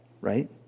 Right